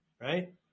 right